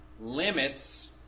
Limits